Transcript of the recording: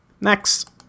Next